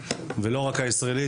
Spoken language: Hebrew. ולא רק הישראלי,